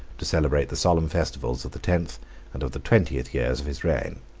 to celebrate the solemn festivals of the tenth and of the twentieth years of his reign.